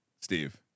Steve